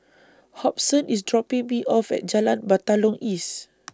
Hobson IS dropping Me off At Jalan Batalong East